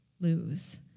lose